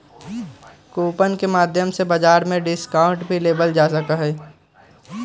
coupon के माध्यम से बाजार में डिस्काउंट भी लेबल जा सका हई